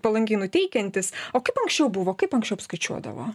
palankiai nuteikiantis o kaip anksčiau buvo kaip anksčiau apskaičiuodavo